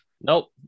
Nope